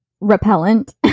repellent